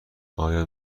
آیا